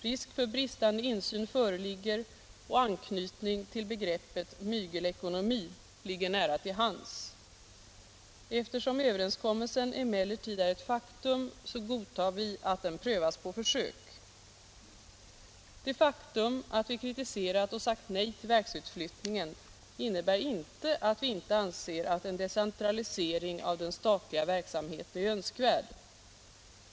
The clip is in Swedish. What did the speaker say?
Risk för bristande insyn föreligger, och anknyt överenskommelsen emellertid är ett faktum godtar vi att den prövas Torsdagen den inte att vi inte anser att en decentralisering av den ståtliga verksamheten Samordnad är önskvärd.